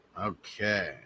Okay